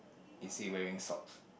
is he wearing socks